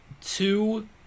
two